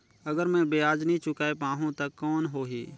अगर मै ब्याज नी चुकाय पाहुं ता कौन हो ही?